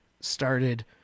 started